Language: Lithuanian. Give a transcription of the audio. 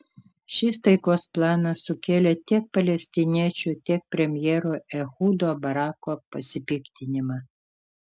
šis taikos planas sukėlė tiek palestiniečių tiek premjero ehudo barako pasipiktinimą